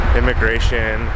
immigration